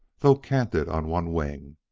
though canted on one wing,